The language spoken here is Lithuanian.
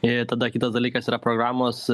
ir tada kitas dalykas yra programos